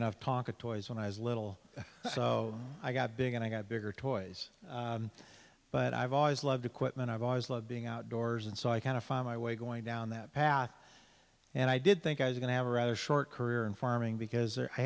enough talk of toys when i was little so i got big and i got bigger toys but i've always loved equipment i've always loved being outdoors and so i kind of found my way going down that path and i did think i was going to have a rather short career in farming because